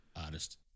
artist